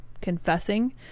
confessing